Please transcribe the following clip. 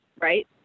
right